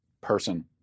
person